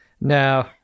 no